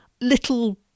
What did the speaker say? little